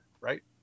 right